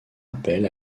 appel